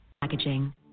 Packaging